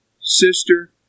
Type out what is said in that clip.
sister